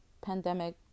pandemic